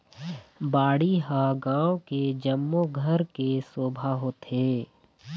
बाड़ी ह गाँव के जम्मो घर के शोभा होथे